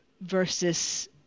versus